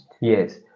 yes